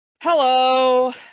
Hello